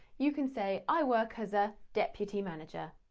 you can say, i work as a deputy manager.